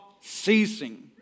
ceasing